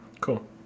Cool